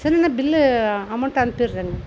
சரிங்ண்ணா bill amount அனுப்பிடுறேங்க